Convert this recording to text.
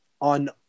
on